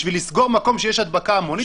בשביל לסגור מקום שיש הדבקה המונית,